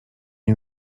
nie